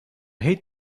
hate